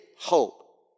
hope